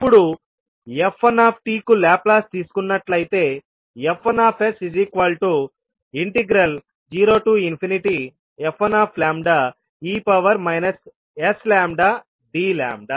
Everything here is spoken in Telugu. ఇప్పుడు f1tకు లాప్లాస్ తీసుకున్నట్లయితే F1s0f1e sλdλ